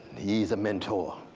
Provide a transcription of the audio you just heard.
he's a mentor.